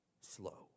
slow